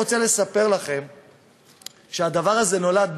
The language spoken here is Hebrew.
אני גם רוצה לספר לכם שהדבר הזה נולד,